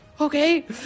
okay